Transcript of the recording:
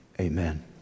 amen